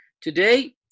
Today